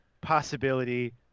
possibility